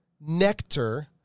nectar